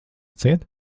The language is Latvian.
ciet